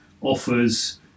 offers